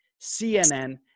CNN